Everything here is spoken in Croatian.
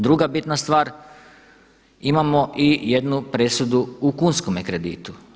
Druga bitna stvar, imamo i jednu presudu u kunskome kreditu.